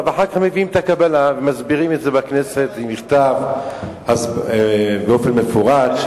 אחר כך מביאים את הקבלה לכנסת ומסבירים את זה במכתב באופן מפורט.